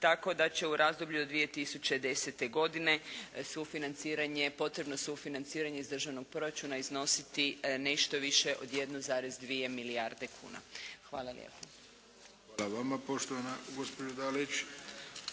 tako da će u razdoblju do 2010. godine sufinanciranje, potrebno sufinanciranje iz državnog proračuna iznositi nešto više od 1,2 milijarde kuna. Hvala lijepo. **Arlović, Mato (SDP)** Hvala